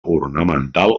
ornamental